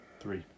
Three